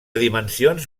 dimensions